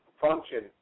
function